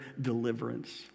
deliverance